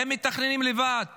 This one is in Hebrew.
הם מתכננים לבד